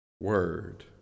word